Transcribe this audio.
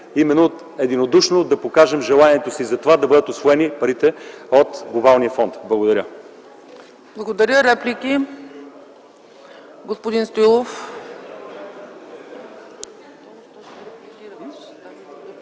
именно единодушно да покажем желанието си за това да бъдат усвоени парите от Глобалния фонд. Благодаря. ПРЕДСЕДАТЕЛ ЦЕЦКА ЦАЧЕВА: Благодаря. Реплики? Господин Стоилов.